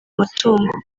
matungo